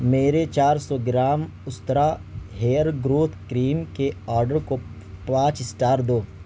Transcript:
میرے چار سو گرام استرا ہیئر گروتھ کریم کے آڈر کو پانچ اسٹار دو